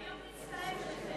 היום נצטרף אליכם.